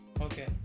Okay